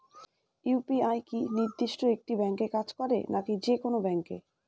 UPI কি নির্দিষ্ট একটি ব্যাংকে কাজ করে নাকি যে কোনো ব্যাংকে?